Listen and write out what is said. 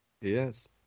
yes